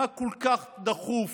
מה כל כך דחוף